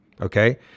Okay